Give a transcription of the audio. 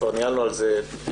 שכבר ניהלנו על כך דיון.